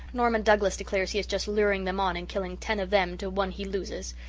norman douglas declares he is just luring them on and killing ten of them to one he loses.